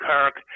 Kirk